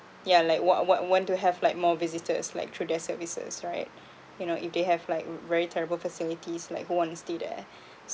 yeah like wa~ wa~ want to have like more visitors like through their services right you know if they have like very terrible facilities like who want to stay there